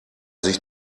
sich